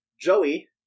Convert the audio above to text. Joey